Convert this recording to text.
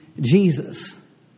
Jesus